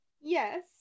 Yes